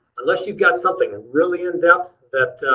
unless you've got something really in depth that